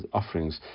offerings